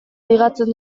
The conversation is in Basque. ligatzen